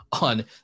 on